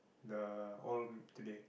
the old today